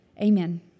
Amen